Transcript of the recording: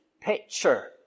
picture